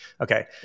Okay